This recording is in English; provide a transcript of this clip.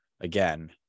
again